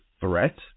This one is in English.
Threat